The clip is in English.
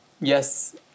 yes